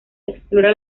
explora